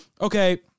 okay